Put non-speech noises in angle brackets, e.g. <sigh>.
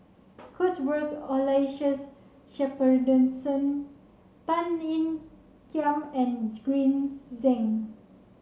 Cuthbert Aloysius Shepherdson Tan Ean Kiam and Green <unintelligible> Zeng